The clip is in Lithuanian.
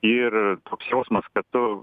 ir toks jausmas kad tu